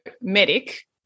medic